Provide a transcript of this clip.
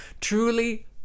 truly